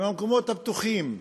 עם המקומות הפתוחים.